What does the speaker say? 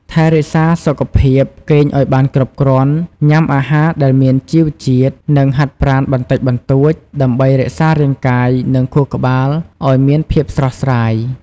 ថែរក្សាសុខភាព គេងឱ្យបានគ្រប់គ្រាន់ ញ៉ាំអាហារដែលមានជីវជាតិ និងហាត់ប្រាណបន្តិចបន្តួច ដើម្បីរក្សារាងកាយ និងខួរក្បាលឱ្យមានភាពស្រស់ស្រាយ។